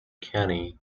kenny